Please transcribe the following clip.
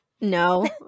No